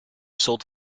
sold